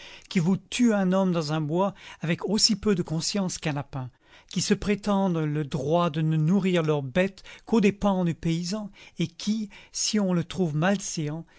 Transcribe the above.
qui vous tuent un homme dans un bois avec aussi peu de conscience qu'un lapin qui se prétendent le droit de ne nourrir leurs bêtes qu'aux dépens du paysan et qui si on le trouve